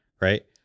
right